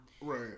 Right